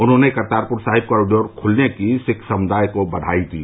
उन्होंने करतारपुर साहिब कॉरिडोर खुलने की सिक्ख समुदाय को बधाई दी